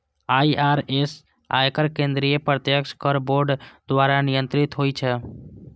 IRS, आयकर केंद्रीय प्रत्यक्ष कर बोर्ड द्वारा नियंत्रित होइ छै